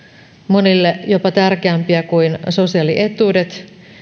monille jopa tärkeämpiä kuin sosiaalietuudet